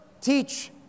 teach